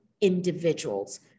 individuals